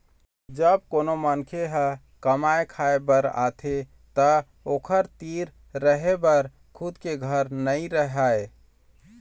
जब कोनो मनखे ह कमाए खाए बर आथे त ओखर तीर रहें बर खुद के घर नइ रहय